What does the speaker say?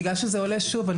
בגלל שזה עולה שוב,